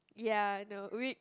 ya I know we